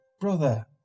Brother